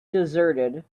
deserted